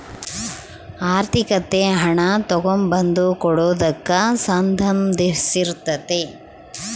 ಆರ್ಥಿಕತೆ ಹಣ ತಗಂಬದು ಕೊಡದಕ್ಕ ಸಂದಂಧಿಸಿರ್ತಾತೆ